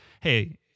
hey